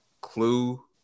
clue